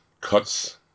cuts